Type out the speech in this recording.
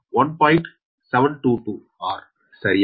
722 r சரியா